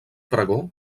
pregó